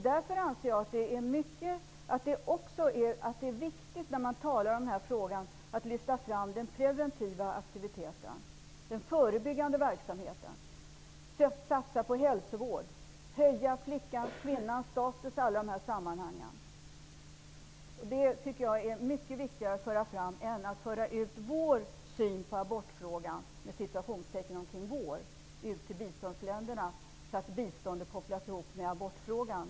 Därför anser jag att det är viktigt att lyfta fram preventiva aktiviteter, förebyggande verksamhet -- satsa på hälsovård, höja flickors och kvinnors status. Det tycker jag är mycket viktigare än att föra ut ''vår'' syn på abortfrågan till biståndsländerna, så att biståndet kopplas ihop med abortfrågan.